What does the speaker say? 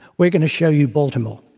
we're going to show you baltimore.